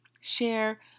share